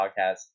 podcast